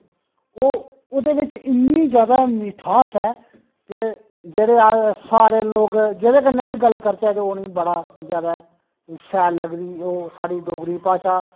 ओह् ओह्दे बिच इन्नी जैदा मिठास ऐ कि जेह्ड़े सारे लोग जेह्दे कन्नै बी गल्ल करचै ते उ'नें ई बड़ा जैदा शैल लगदी ओह् साढ़ी डोगरी भाशा